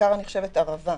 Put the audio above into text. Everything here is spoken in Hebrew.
במיוחד מעבר ערבה,